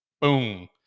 Boom